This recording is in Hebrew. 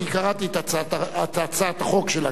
כי קראתי את הצעת החוק שלה,